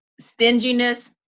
stinginess